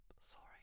sorry